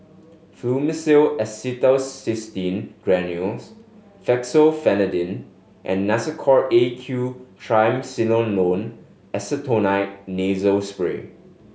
Fluimucil Acetylcysteine Granules Fexofenadine and Nasacort A Q Triamcinolone Acetonide Nasal Spray